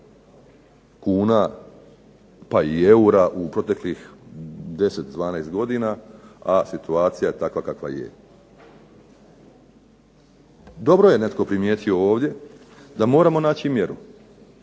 kuna pa i eura u proteklih 10, 12 godina, a situacija je takva kakva je. Dobro je netko primijetio ovdje da moramo naći mjeru